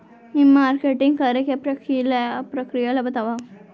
ई marketing करे के प्रक्रिया ला बतावव?